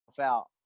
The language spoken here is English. out